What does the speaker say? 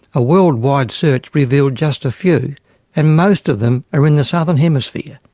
a worldwide search revealed just a few and most of them are in the southern hemisphere.